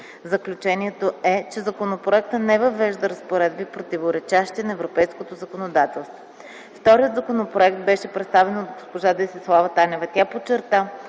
Заключението е, че законопроектът не въвежда разпоредби, противоречащи на европейското законодателство. Вторият законопроект беше представен от госпожа Десислава Танева. Тя подчерта,